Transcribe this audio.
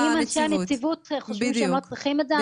אם אנשי הנציבות חושבים שהם לא צריכים את זה,